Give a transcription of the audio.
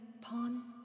Pawn